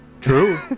True